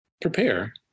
prepare